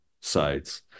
sides